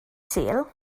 sul